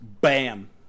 bam